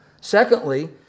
Secondly